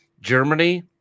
Germany